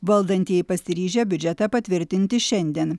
valdantieji pasiryžę biudžetą patvirtinti šiandien